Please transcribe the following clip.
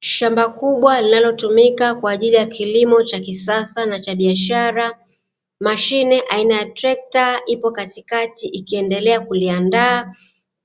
Shamba kubwa linalotumika kwa ajili kilimo cha kisasa na cha biashara. Mashine aina ya trekta ipo katikati ikiendelea kuliandaa